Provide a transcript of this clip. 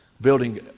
building